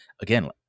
again